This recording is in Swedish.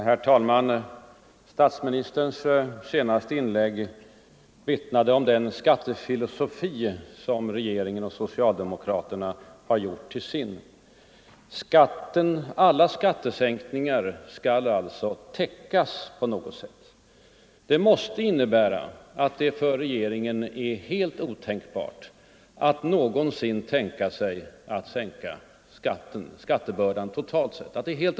Herr talman! Statsministerns senaste inlägg vittnade om den skattefilosofi som regeringen och socialdemokraterna har gjort till sin. Alla skattesänkningar skall alltså täckas på något sätt. Det måste innebära att det för regeringen är helt otänkbart att någonsin sänka skattebördan totalt sett.